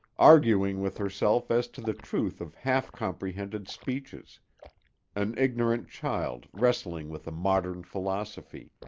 arguing with herself as to the truth of half-comprehended speeches an ignorant child wrestling with a modern philosophy,